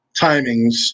timings